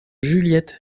juliette